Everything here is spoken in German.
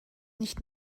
nicht